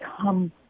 Come